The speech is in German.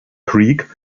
creek